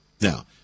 Now